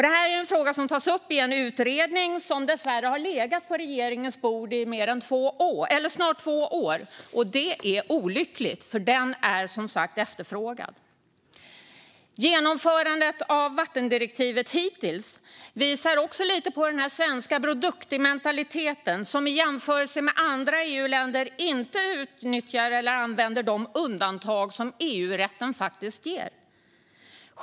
Det är en fråga som tas upp i en utredning, som dessvärre har legat på regeringens bord i snart två år. Det är olyckligt, för detta är som sagt efterfrågat. Genomförandet av vattendirektivet hittills visar också lite på den svenska Bror Duktig-mentaliteten, när vi i jämförelse med andra EU-länder inte utnyttjar eller använder de undantag som EU-rätten faktiskt ger.